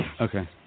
Okay